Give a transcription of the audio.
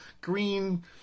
green